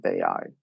AI